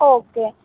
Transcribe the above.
okay